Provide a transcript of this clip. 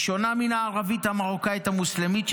היא שונה מן הערבית המרוקאית המוסלמית,